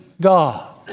God